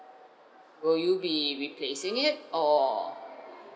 will you be replacing it or